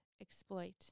exploit